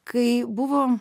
kai buvo